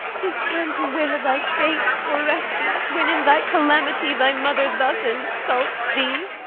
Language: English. tis time to wail thy fate, orestes, when, in thy calamity, thy mother thus insults thee.